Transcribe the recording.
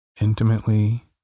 intimately